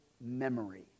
memory